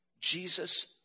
Jesus